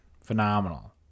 Phenomenal